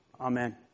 Amen